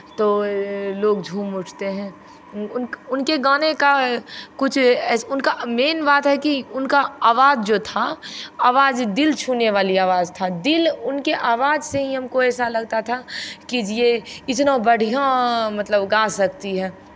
तो लोग झूम उठते हैं उन उनके गाने का कुछ उनका मेन बात है की उनका आवाज जो था आवाज दिल छूने वाली आवाज था दिल उनके आवाज से ही हमको ऐसा लगता था कि ये इतना बढ़ियाँ मतलब गा सकती है